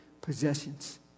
possessions